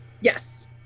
Yes